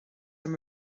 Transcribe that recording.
orm